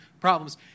problems